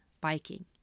biking